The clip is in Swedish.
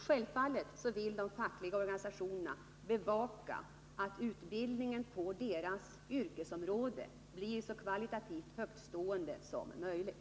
Självfallet vill de fackliga organisationerna bevaka att utbildningen på det yrkesområde de arbetar inom blir så kvalitativt högtstående som möjligt.